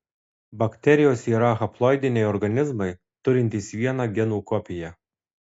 bakterijos yra haploidiniai organizmai turintys vieną genų kopiją